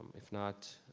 if not.